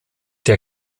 der